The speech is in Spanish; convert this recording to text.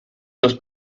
los